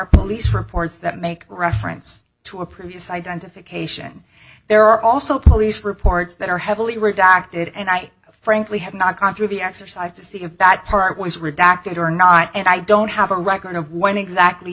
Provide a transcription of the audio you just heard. reports that make reference to a previous identification there are also police reports that are heavily redacted and i frankly have not gone through the exercise to see if that part was redacted or not and i don't have a record of when exactly